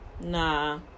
Nah